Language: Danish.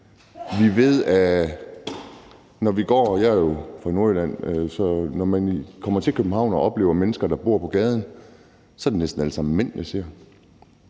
Hvorfor gør de det? Jeg er jo fra Nordjylland, så når man kommer til København og oplever mennesker, der bor på gaden, så er det næsten alle sammen mænd, vi ser.